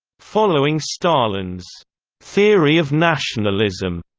following stalin's theory of nationalism,